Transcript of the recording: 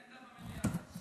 סטנד-אפ במליאה.